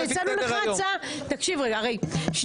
אני